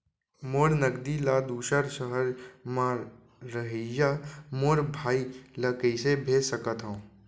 मोर नगदी ला दूसर सहर म रहइया मोर भाई ला कइसे भेज सकत हव?